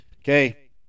Okay